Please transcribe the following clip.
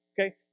Okay